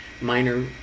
minor